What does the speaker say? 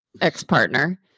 ex-partner